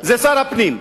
זה שר הפנים.